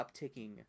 upticking